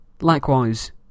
Likewise